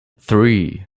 three